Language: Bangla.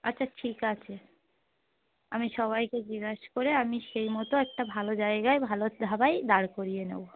আচ্ছা ঠিক আছে আমি সবাইকে জিজ্ঞেস করে আমি সেই মতো একটা ভালো জায়গায় ভালো ধাবায় দাঁড় করিয়ে নেব